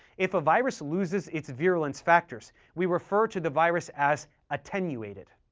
if a virus loses its virulence factors, we refer to the virus as attenuated.